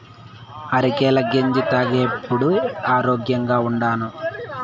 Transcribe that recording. అరికెల గెంజి తాగేప్పుడే ఆరోగ్యంగా ఉండాను